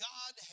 God